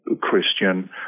Christian